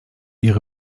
ihre